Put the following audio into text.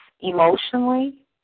emotionally